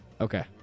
Okay